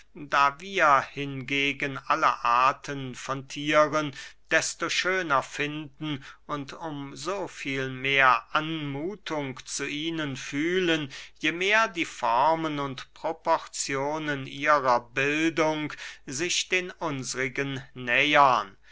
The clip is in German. da wir hingegen alle arten von thieren desto schöner finden und um so viel mehr anmuthung zu ihnen fühlen je mehr die formen und proporzionen ihrer bildung sich den unsrigen nähern